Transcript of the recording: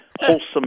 wholesome